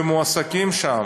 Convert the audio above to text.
ומועסקים שם,